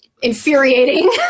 infuriating